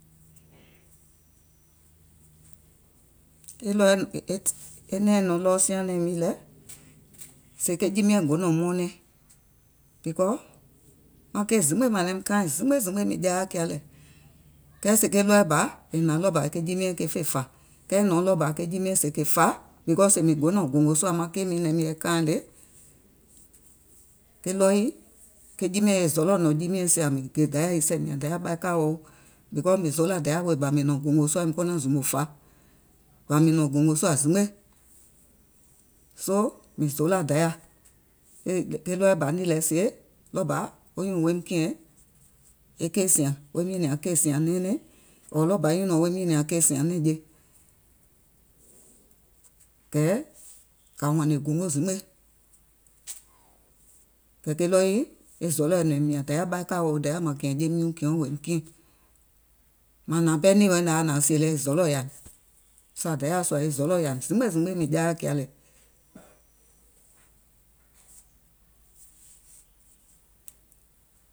E nɛ̀ɛŋ nɔ̀ŋ ɗɔɔ sia nɛ̀ɛ̀ŋ miìŋ lɛ, sèè ke jii miɛ̀ŋ go nɔ̀n mɔɔnɛŋ, because maŋ keì zimgbe màŋ naim kaaìŋ zimgbe zimgbe mìŋ jaa yaà kià lɛ, kɛɛ sèè ke ɗɔɔɛ̀ bà è hnàŋ, ɗɔɔ bȧ ke jii miɛ̀ŋ ke fè fà, kɛɛ è nɔ̀ɔŋ ɗɔɔ bà sèè ke jii miɛ̀ŋ kè fà, because sèè mìŋ go nɔ̀ŋ gòngò sùà maŋ keì miiŋ naim yɛi kaaìŋ le, ke ɗɔɔ yii e zɔ̀lɔ̀ nɔ̀ŋ jii miɛ̀ŋ sùà mìŋ gè Dayà e sɛ̀ mìàŋ Dayà ɓaikàoo, because mìŋ zoolà Dayà wèè miŋ go nàŋ nɔ̀ŋ gòngò sùà wèè miŋ go nàŋ zùmò fàa, ɓɔ̀ mìŋ nɔ̀ŋ gòngò sùà zimgbe. Soo mìŋ zoolà Dayà, ke ɗɔɔɛ̀ bà nìì lɛ sie, ɗɔɔ bà wo nyùùŋ woim kìɛ̀ŋ keì sìàŋ, woim nyìnìàŋ keì sìàŋ, e kèì sìàŋ nɛɛnɛŋ, ɔ̀ɔ̀ ɗɔɔ bà wo nyùnɔ̀ɔŋ woim nyìnìàŋ kèì sìàŋ nɛ̀ŋje, kɛ̀ kà hɔ̀nè gòngo zimgbe, kɛ̀ ke ɗɔɔ yii e zɔlɔ̀ nɔ̀ìm mìàŋ Dayà ɓaikàoo Dayà màŋ kìɛ̀ŋ jeim nyuùŋ kìɛɔ̀ŋ wòim kiɛ̀ŋ. Màànààŋ ɓɛɛ nìì wɛɛ̀ naŋ nàaŋ sìè le e zɔlɔ̀ yàìm, sàȧ Dayȧa sùà e zɔlɔ̀ yàìm zimgbe zimgbe mìŋ jaa yaà kià lɛ.